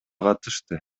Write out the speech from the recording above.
катышты